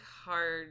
hard